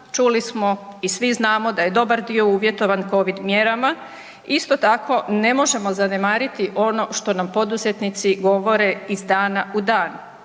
Čuli smo i svi znamo da je dobar dio uvjetovan Covid mjerama. Isto tako ne možemo zanemariti ono što nam poduzetnici govore iz dana u dan,